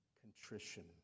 contrition